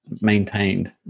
maintained